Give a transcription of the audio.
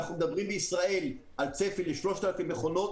בישראל הצפי הוא ל-3,000 מכונות.